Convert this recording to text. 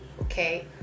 okay